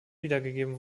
wiedergegeben